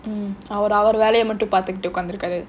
um I would I would let them on top of the duke undergraduate